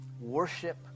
Worship